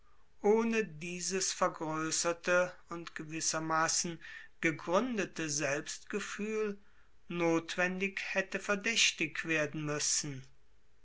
ohne dieses vergrößerte und gewissermaßen gegründete selbstgefühl notwendig hätte verdächtig werden müssen